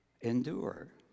endure